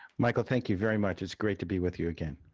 michael, thank you very much. it's great to be with you again.